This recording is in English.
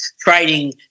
trading